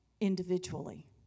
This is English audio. individually